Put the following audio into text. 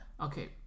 Okay